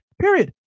Period